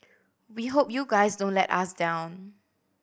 we hope you guys don't let us down